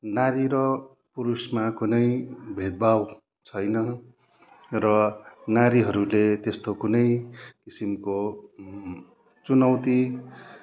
नारी र पुरुषमा कुनै भेदभाव छैन र नारीहरूले त्यस्तो कुनै किसिमको चुनौती